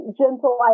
gentle